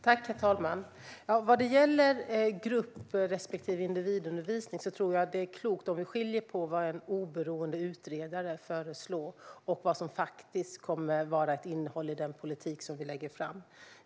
Herr talman! Vad gäller grupp respektive individundervisning tror jag att det är klokt att vi skiljer på vad en oberoende utredare föreslår och vad som kommer att vara ett innehåll i den politik som vi lägger fram.